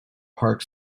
park